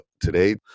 today